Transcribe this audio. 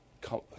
come